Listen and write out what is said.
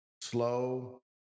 slow